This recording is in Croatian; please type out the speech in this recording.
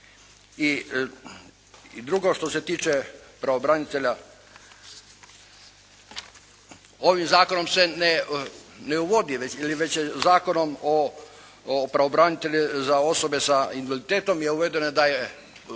I drugo što se tiče pravobranitelja. Ovim zakonom se ne uvodi jer već je Zakonom o pravobranitelju za osobe sa invaliditetom je uvedeno je, uveden